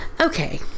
Okay